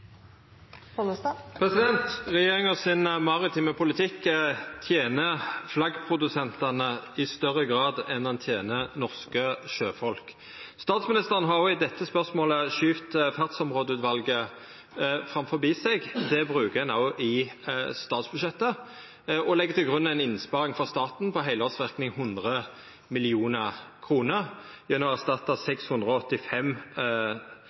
maritime politikk tener flaggprodusentane i større grad enn han tener norske sjøfolk. Statsministeren har òg i dette spørsmålet skyvt fartsområdeutvalet framfor seg. Det gjer ein òg i statsbudsjettet og legg til grunn ei innsparing for staten med heilårsverknad på 100 mill. kr gjennom å erstatta